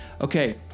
Okay